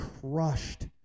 crushed